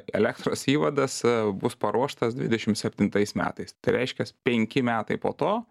elektros įvadas bus paruoštas dvidešimt septintais metais tai reiškias penki metai po to